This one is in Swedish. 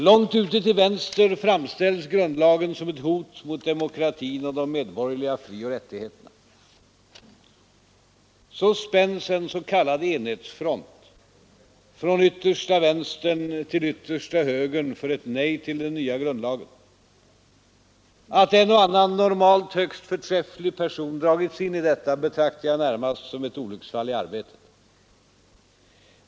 Långt ute till vänster framställs grundlagen som ett hot mot demokratin och de medborgerliga frioch rättigheterna. Så spänns en s.k. enhetsfront från yttersta vänstern till yttersta högern för ett nej till den nya grundlagen. Att en och annan normalt högst förträfflig person dragits in i detta betraktar jag närmast som ett olycksfall i arbetet.